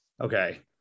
Okay